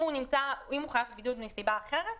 אם הוא חייב בבידוד מסיבה אחרת,